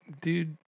Dude